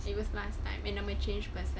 it was last time and I'm a changed person